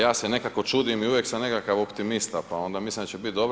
Ja se nekako čudim i uvijek sam nekakav optimista, pa onda mislim da će biti dobro.